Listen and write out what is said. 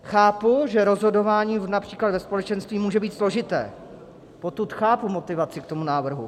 Chápu, že rozhodování například ve společenství může být složité, potud chápu motivaci k tomu návrhu.